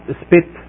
spit